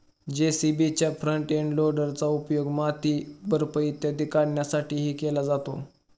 जे.सी.बीच्या front end लोडरचा उपयोग माती, बर्फ इत्यादी काढण्यासाठीही केला जातो